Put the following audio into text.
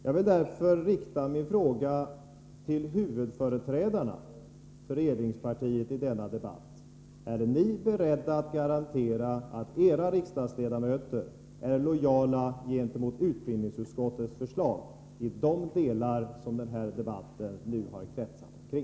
Jag vill därför i denna debatt rikta min fråga till huvudföreträdarna för regeringspartiet: Är ni beredda att garantera att era riksdagsledamöter är lojala gentemot utbildningsutskottets förslag beträffande de delar som har berörts i den här debatten?